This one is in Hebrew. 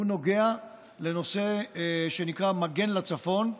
הוא נוגע לנושא שנקרא "מגן לצפון"